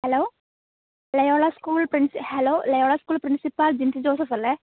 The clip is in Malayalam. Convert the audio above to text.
hello Loyola school hello Loyola school principal Jinsy Joseph അല്ലേ